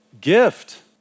gift